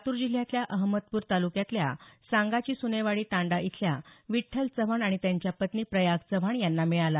यावर्षी जिल्ह्यातल्या अहमदपूर ताल्क्यातल्या सांगाची सुनेवाडी तांडा इथल्या विठ्ठल चव्हाण आणि त्यांच्या पत्नी प्रयाग चव्हाण यांना मिळाला